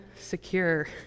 secure